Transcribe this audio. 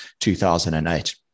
2008